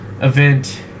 event